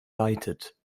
leitet